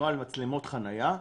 נוהל מצלמות חניה,